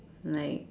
like